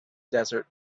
desert